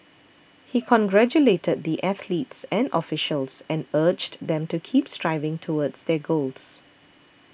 he congratulated the athletes and officials and urged them to keep striving towards their goals